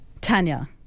Tanya